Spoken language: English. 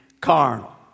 carnal